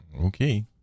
Okay